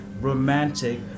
romantic